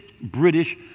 British